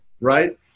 Right